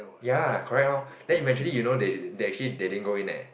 ya lah correct lor then eventually you know they they actually they didn't go in leh